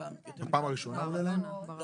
פעם בשנה זה אליהם?